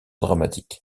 dramatique